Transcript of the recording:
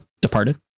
departed